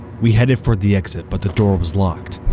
we headed for the exit, but the door was locked.